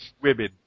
Women